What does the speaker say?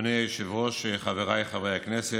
המזהמים ולנקוט